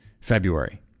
February